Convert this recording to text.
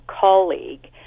colleague